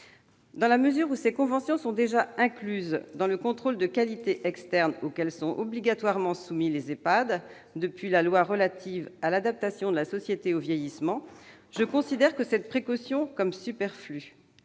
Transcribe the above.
Dans la mesure où ces conventions sont déjà incluses dans le contrôle de qualité externe auquel les EHPAD sont obligatoirement soumis depuis la loi relative à l'adaptation de la société au vieillissement, je considère cette précaution comme superflue